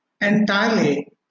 entirely